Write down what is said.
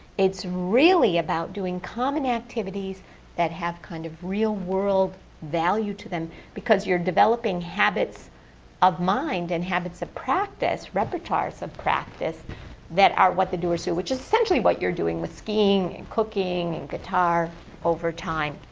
it's really about doing common activities that have kind of real-world value to them because you're developing habits of mind and habits of practice, repertoires of practice that are what the doers do, which is essentially what you're doing with skiing, cooking, and guitar over time.